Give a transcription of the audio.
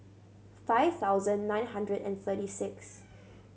five thousand nine hundred and thirty six